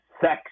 sex